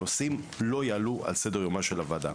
הנושאים לא יעלו על סדר יומה של הוועדה.